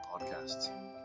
podcasts